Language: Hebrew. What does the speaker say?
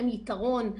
מלכיאלי.